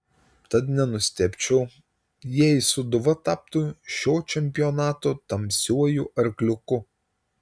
tad nenustebčiau jei sūduva taptų šio čempionato tamsiuoju arkliuku